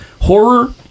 Horror